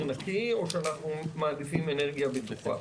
נקי או שאנחנו מעדיפים אנרגיה ירוקה,